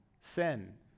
Sin